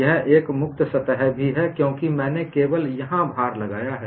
यह एक मुक्त सतह भी है क्योंकि मैने केवल यहां भार लगाया है